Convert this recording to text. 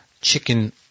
chicken